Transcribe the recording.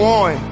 on